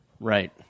Right